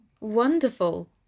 Wonderful